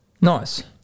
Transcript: nice